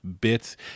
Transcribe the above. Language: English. bits